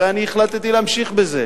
הרי אני החלטתי להמשיך בזה.